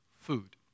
food